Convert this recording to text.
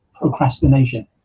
procrastination